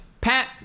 Pat